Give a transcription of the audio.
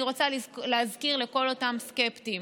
אני רוצה להזכיר לכל אותם סקפטיים